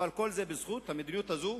אבל כל זה בזכות המדיניות הזאת,